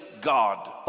God